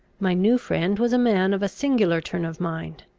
my new friend was a man of a singular turn of mind.